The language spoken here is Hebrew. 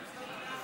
אני מחלקת.